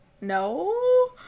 no